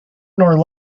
nor